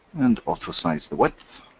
and auto-size the width.